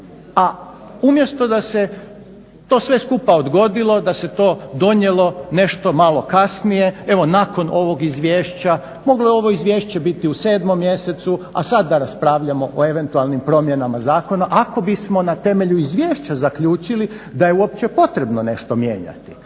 a umjesto da se to sve skupa odgodilo, da se to donijelo nešto malo kasnije evo nakon ovog izvješća. Moglo je ovo izvješće biti u 7. mjesecu, a sad da raspravljamo o eventualnim promjenama zakona ako bismo na temelju izvješća zaključili da je uopće potrebno nešto mijenjati.